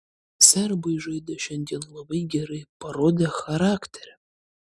serbai šiandien žaidė labai gerai parodė charakterį